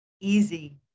easy